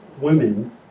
women